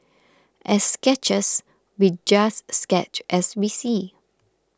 as sketchers we just sketch as we see